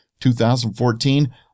2014